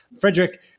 Frederick